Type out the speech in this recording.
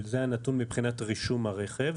אבל זה הנתון מבחינת רישום הרכב.